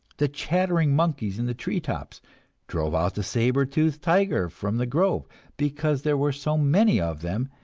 the chattering monkeys in the treetops drove out the saber-tooth tiger from the grove because there were so many of them,